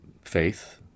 faith